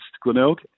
Glenelg